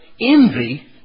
envy